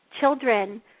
children